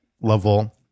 level